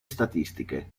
statistiche